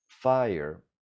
fire